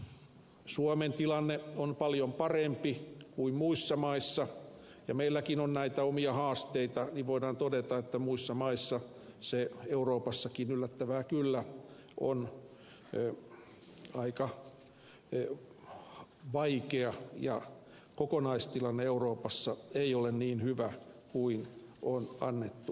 jos suomen tilanne on paljon parempi kuin muissa maissa ja meilläkin on näitä omia haasteita niin voidaan todeta että muissa maissa euroopassakin yllättävää kyllä on aika vaikea tilanne kokonaistilanne euroopassa ei ole niin hyvä kuin on annettu ymmärtää